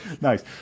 nice